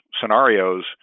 scenarios